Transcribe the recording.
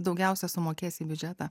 daugiausia sumokės į biudžetą